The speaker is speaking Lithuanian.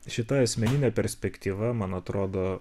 šita asmeninė perspektyva man atrodo